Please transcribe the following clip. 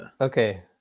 okay